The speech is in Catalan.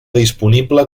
disponible